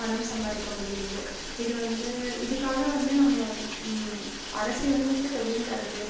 பணம் சம்பாதிக்க முடிகிறது இது வந்து இதுக்காக வந்து நம்ம வந் அரசு வந்து ஊக்கத்தொகையும் தருது